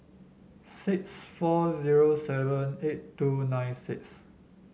six four zero seven eight two nine six